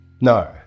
No